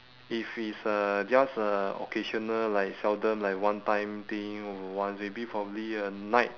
if it's uh just a occasional like seldom like one time thing or once maybe probably a night